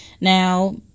Now